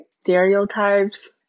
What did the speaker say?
stereotypes